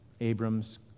Abram's